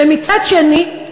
ומצד שני,